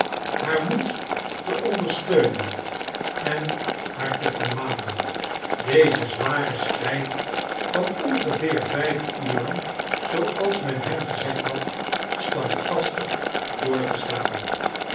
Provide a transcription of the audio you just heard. haar moed te ondersteunen en haar te vermanen dezen zwaren strijd van ongeveer vijf uren zooals men hem gezegd had standvastig door te staan